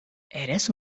eres